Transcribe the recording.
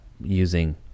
using